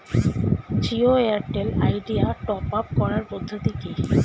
Jio Airtel Idea top up করার পদ্ধতি কি?